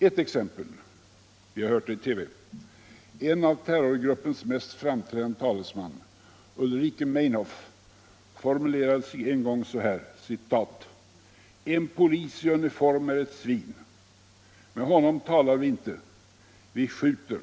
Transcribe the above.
Ett exempel, som vi har sett i TV: En av terrorgruppens mest framträdande talesmän, Ulrike Meinhof, formulerade sig en gång så här: ”En polis i uniform är ett svin. Med honom talar vi inte, vi skjuter.